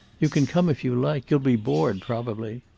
you can come if you like. you'll be bored, probably.